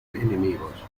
enemigos